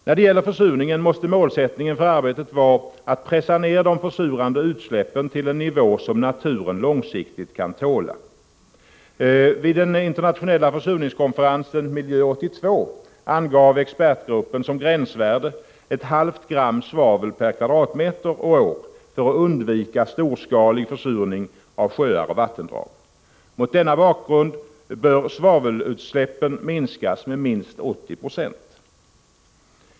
När det gäller försurningen måste målsättningen för arbetet vara att pressa ned de försurande utsläppen till en nivå som naturen långsiktigt kan tåla. Vid den internationella försurningskonferensen Miljö 82 angav expertgruppen som gränsvärde ett halvt gram svavel per kvadratmeter och år för att undvika — Prot. 1985/86:72 storskalig försurning av sjöar och vattendrag. Mot denna bakgrund bör 6 februari 1986 svavelutsläppen minskas med minst 80 96.